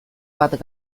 bat